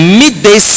midday